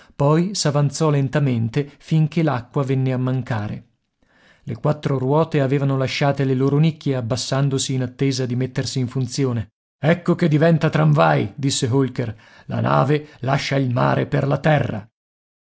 poi s'avanzò lentamente finché l'acqua venne a mancare le quattro ruote avevano lasciate le loro nicchie abbassandosi in attesa di mettersi in funzione ecco che diventa tramvai disse holker la nave lascia il mare per la terra